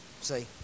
see